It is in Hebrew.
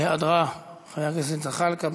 בהיעדרה, חבר הכנסת זחאלקה.